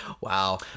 Wow